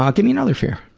um give me another fear.